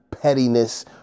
pettiness